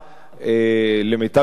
למיטב ידיעתי,